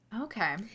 okay